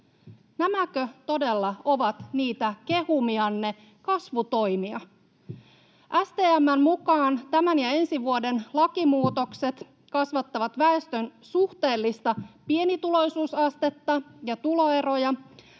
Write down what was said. Nämäkö todella ovat niitä kehumianne kasvutoimia? STM:n mukaan tämän ja ensi vuoden lakimuutokset kasvattavat väestön suhteellista pienituloisuusastetta ja tuloeroja.